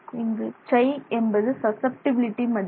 இங்கு 'சை' என்பது சசப்டிபிலிட்டி மதிப்பு